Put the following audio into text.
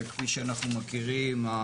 וכפי שאנחנו מכירים,